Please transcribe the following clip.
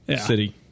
city